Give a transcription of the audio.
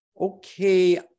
okay